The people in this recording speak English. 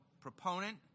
proponent